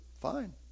fine